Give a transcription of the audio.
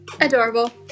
adorable